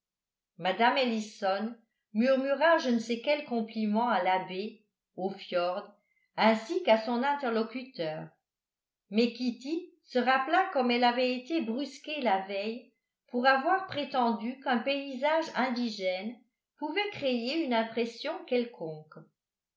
mme ellison murmura je ne sais quel compliment à la baie au fiord ainsi qu'à son interlocuteur mais kitty se rappela comme elle avait été brusquée la veille pour avoir prétendu qu'un paysage indigène pouvait créer une impression quelconque